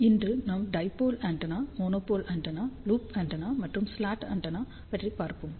இன்று நாம் dipole antenna monopole antenna loop antenna மற்றும் ஸ்லாட் ஆண்டெனா பற்றிப் பார்ப்போம்